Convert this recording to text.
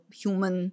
human